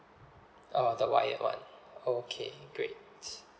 oh the wired one okay great